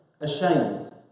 ashamed